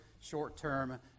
short-term